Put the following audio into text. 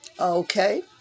Okay